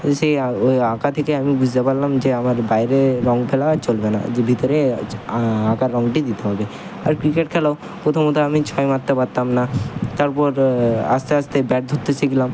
এই সেই ওই আঁকা থেকে আমি বুঝতে পারলাম যে আমার বাইরে রঙ ফেলা চলবে না যে ভিতরে আঁকার রঙটি দিতে হবে আর ক্রিকেট খেলাও প্রথমত আমি ছয় মারতে পারতাম না তারপর আস্তে আস্তেই ব্যাট ধরতে শিখলাম